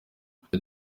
ati